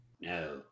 No